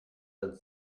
and